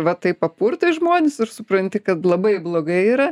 va taip papurtai žmones ir supranti kad labai blogai yra